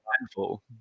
mindful